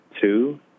two